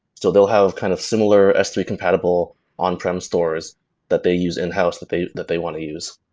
so they'll have kind of similar s three compatible on-prem stores that they use in-house that they that they want to use.